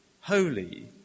holy